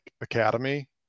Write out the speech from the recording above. academy